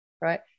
right